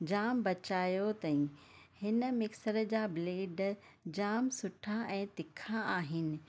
जाम बचायो अथईं हिन मिक्सर जा ब्लेड जाम सुठा ऐं तिखा आहिनि